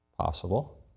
possible